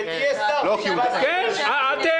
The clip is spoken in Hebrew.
כשתהיה שר תקבע סדרי עדיפויות.